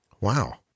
Wow